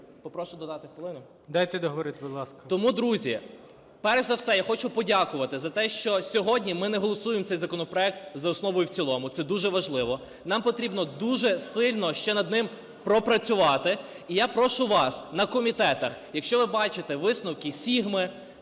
Попрошу додати хвилину. ГОЛОВУЮЧИЙ. Дайте договорити, будь ласка. ЛОЗИНСЬКИЙ Р.М Тому друзі, перш за все я хочу подякувати за те, що сьогодні ми не голосуємо цей законопроект за основу і в цілому. Це дуже важливо, нам потрібно дуже сильно ще над ним пропрацювати. І я прошу вас на комітетах, якщо ви бачите висновки SIGMA,